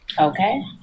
Okay